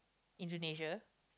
Indonesia